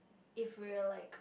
if we're like